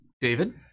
David